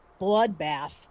bloodbath